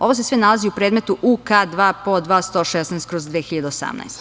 Ovo se sve nalazi u predmetu UK2PO2-116/2018.